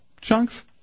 Chunks